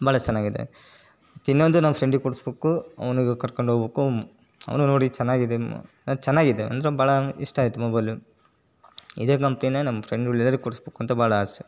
ಭಾಳ ಚೆನ್ನಾಗಿದೆ ಮತ್ತು ಇನ್ನೊಂದು ನಮ್ಮ ಫ್ರೆಂಡಿಗೆ ಕೊಡ್ಸ್ಬೇಕು ಅವನಿಗೂ ಕರ್ಕಂಡು ಹೋಬೇಕು ಅವನೂ ನೋಡಿ ಚೆನ್ನಾಗಿದೆ ಅದು ಚೆನ್ನಾಗಿದೆ ಅಂದ್ರೆ ಭಾಳ ಇಷ್ಟ ಆಯಿತು ಮೊಬೈಲು ಇದೇ ಕಂಪ್ನಿನೇ ನಮ್ಮ ಫ್ರೆಂಡ್ಗಳೆಲ್ಲಾರಿಗೆ ಕೊಡ್ಸ್ಬೇಕು ಅಂತ ಭಾಳ ಆಸೆ